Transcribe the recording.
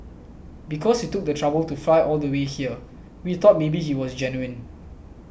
because he took the trouble to fly all the way here we thought maybe he was genuine